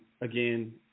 again